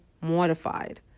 mortified